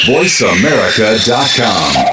VoiceAmerica.com